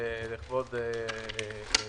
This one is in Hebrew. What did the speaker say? וזה עומד בנהלים.